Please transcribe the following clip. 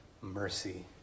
mercy